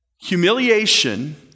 Humiliation